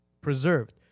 preserved